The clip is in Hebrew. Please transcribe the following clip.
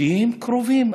כי הם קרובים.